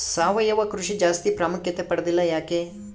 ಸಾವಯವ ಕೃಷಿ ಜಾಸ್ತಿ ಪ್ರಾಮುಖ್ಯತೆ ಪಡೆದಿಲ್ಲ ಯಾಕೆ?